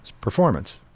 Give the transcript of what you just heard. performance